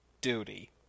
duty